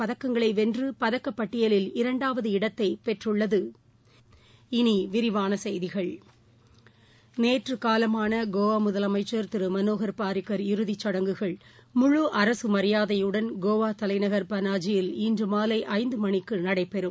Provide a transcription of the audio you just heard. பதக்கங்களைவென்றபதக்கப்பட்டியலில் இரண்டாவது இடத்தைப் பெற்றுள்ளது இனிவிரிவானசெய்திகள் நேற்றுகாலமானகோவாமுதலமைச்சர் திருமனோகர் பாரிக்கர் இறுதிச் சடங்குகள் முழுஅரசுமரியாதையுடன் கோவாதலைநகர் இன்றுமாலைஐந்தமணிக்குநடைபெறுகிறது